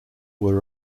were